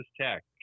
tech